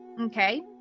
Okay